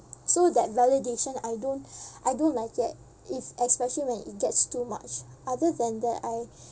so that validation I don't I don't like it if especially when it gets too much other than that I